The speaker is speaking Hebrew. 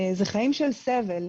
זה חיים של סבל.